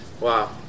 wow